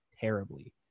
terribly